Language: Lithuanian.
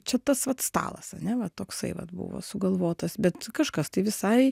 čia tas vat stalas ane va toksai vat buvo sugalvotas bet kažkas tai visai